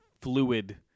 fluid